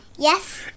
Yes